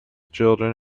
children